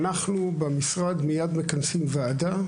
אנחנו במשרד מייד מכנסים ועדה,